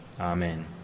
Amen